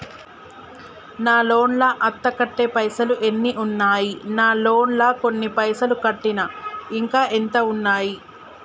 నా లోన్ లా అత్తే కట్టే పైసల్ ఎన్ని ఉన్నాయి నా లోన్ లా కొన్ని పైసల్ కట్టిన ఇంకా ఎంత ఉన్నాయి?